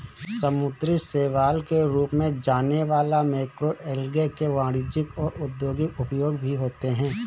समुद्री शैवाल के रूप में जाने वाला मैक्रोएल्गे के वाणिज्यिक और औद्योगिक उपयोग भी होते हैं